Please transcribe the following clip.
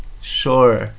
Sure